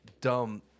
dumb